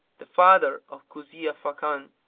the father of kuzia fakan,